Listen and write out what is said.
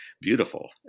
beautiful